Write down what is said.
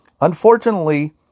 Unfortunately